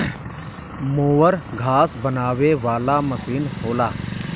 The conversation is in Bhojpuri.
मोवर घास बनावे वाला मसीन होला